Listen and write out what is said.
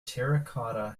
terracotta